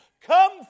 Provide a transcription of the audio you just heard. come